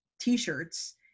t-shirts